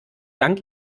dank